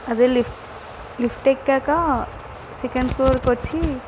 అదే lift lift ఎక్కినాక second ఫ్లోర్కి వచ్చి